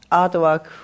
artwork